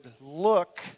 look